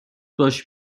باش